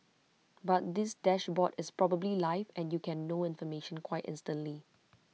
but this dashboard is probably live and you can know information quite instantly